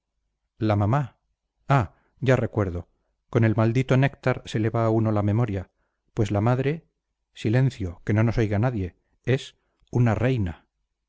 la mamá ah ya recuerdo con el maldito néctar se le va a uno la memoria pues la madre silencio que no nos oiga nadie es una reina